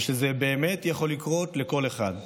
ושזה באמת יכול לקרות לכל אחד.